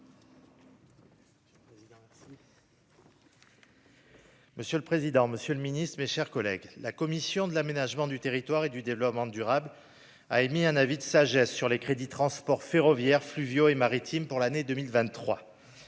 Monsieur le président, monsieur le ministre, mes chers collègues, la commission de l'aménagement du territoire et du développement durable a émis un avis de sagesse sur les crédits relatifs aux transports ferroviaires, fluviaux et maritimes pour l'année 2023.